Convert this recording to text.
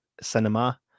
cinema